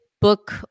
book